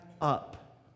up